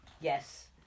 yes